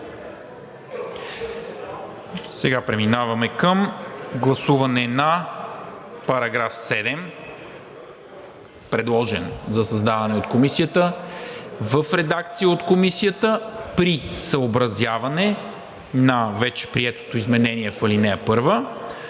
Преминаваме към гласуване на § 7, предложен за създаване от Комисията, в редакция от Комисията при съобразяване на вече приетото изменение в ал. 1,